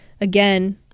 again